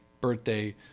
birthday